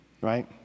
Right